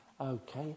Okay